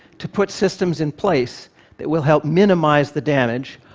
to put systems in place that will help minimize the damage,